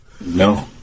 No